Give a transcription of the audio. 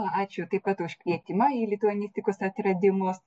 ačiū taip pat už kvietimą į lituanistikos atradimus